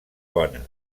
bona